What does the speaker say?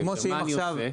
מה אני עושה?